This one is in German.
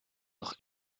noch